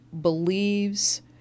believes